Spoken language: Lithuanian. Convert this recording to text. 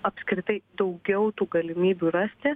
apskritai daugiau tų galimybių rasti